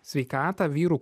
sveikatą vyrų